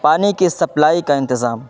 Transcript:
پانی کی سپلائی کا انتظام